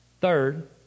Third